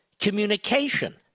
communication